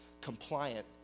compliant